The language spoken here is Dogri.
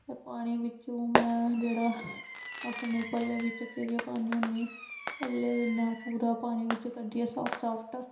फिर पानी बिच्चूं मै जेह्ड़ा अपने पल्ले बिच्च केह् केह् पानी होन्नी पल्ले गी इयां पूरा पानी बिच्चा कड्डियै साफ्ट साफ्ट